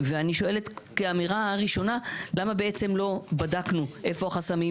ואני שואלת כאמירה ראשונה למה בעצם לא בדקנו איפה החסמים